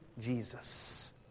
Jesus